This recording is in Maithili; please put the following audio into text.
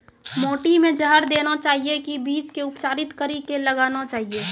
माटी मे जहर देना चाहिए की बीज के उपचारित कड़ी के लगाना चाहिए?